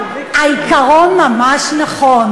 העיקרון ממש נכון,